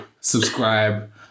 subscribe